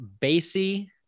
Basie